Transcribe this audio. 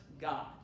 God